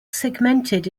segmented